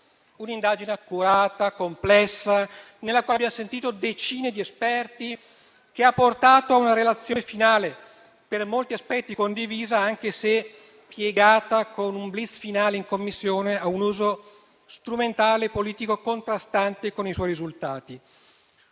un'indagine accurata, complessa, nella quale abbiamo ascoltato decine di esperti e che ha portato a una relazione finale per molti aspetti condivisa, anche se piegata con un *blitz* finale in Commissione a un uso strumentale politico contrastante con i suoi risultati.